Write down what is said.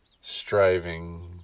striving